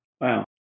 Wow